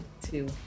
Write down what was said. two